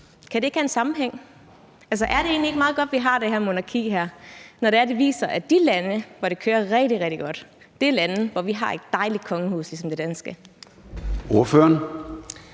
Kan der ikke være en sammenhæng? Er det egentlig ikke meget godt, vi har det her monarki, når det viser, at de lande, hvor det kører rigtig, rigtig godt, er lande, hvor de har et dejligt kongehus ligesom det danske?